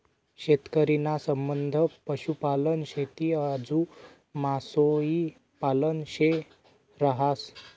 शेतकरी ना संबंध पशुपालन, शेती आजू मासोई पालन शे रहास